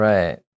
Right